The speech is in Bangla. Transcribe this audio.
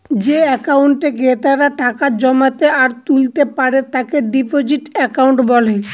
যে একাউন্টে ক্রেতারা টাকা জমাতে আর তুলতে পারে তাকে ডিপোজিট একাউন্ট বলে